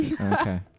Okay